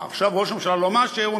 ועכשיו ראש הממשלה לא מאשר.